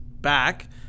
back